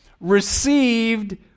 received